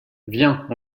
viens